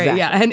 yeah. and